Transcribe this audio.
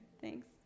Thanks